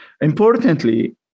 Importantly